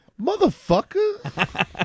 Motherfucker